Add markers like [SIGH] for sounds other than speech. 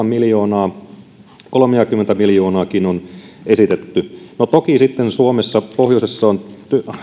[UNINTELLIGIBLE] miljoonaa kolmeakymmentä miljoonaakin on esitetty toki suomessa pohjoisessa on